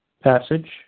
passage